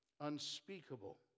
unspeakable